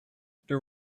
there